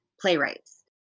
playwrights